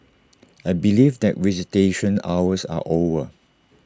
I believe that visitation hours are over